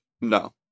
no